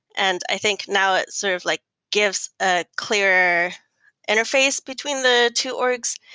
and i think now it's sort of like gives a clear interface between the two orgs.